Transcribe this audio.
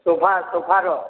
sofa ସୋଫାର